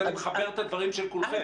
אם אני מחבר את הדברים של כולכם.